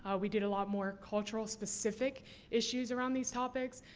ah we did a lot more cultural-specific issues around these topics.